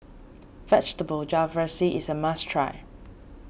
Vegetable Jalfrezi is a must try